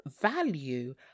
value